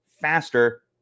faster